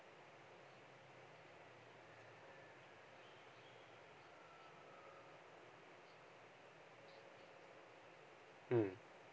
mm